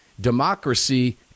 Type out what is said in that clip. democracy